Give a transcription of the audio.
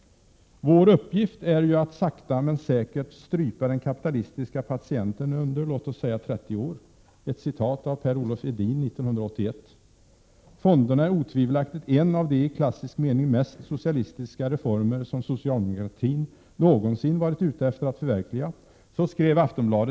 ”Vår uppgift är ju att sakta men säkert strypa den kapitalistiska patienten under låt oss säga 30 år” . ”Fonderna är otvivelaktigt en av de i klassisk mening mest socialistiska reformer som socialdemokratin någonsin varit ute efter att förverkliga” .